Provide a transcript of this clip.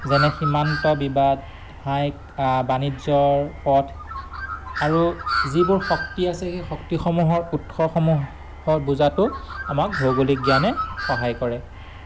যেনে সীমান্ত বিবাদ হাইক বাণিজ্যৰ পথ আৰু যিবোৰ শক্তি আছে সেই শক্তিসমূহৰ উৎসসমূহৰ বুজাতো আমাক ভৌগোলিক জ্ঞানে সহায় কৰে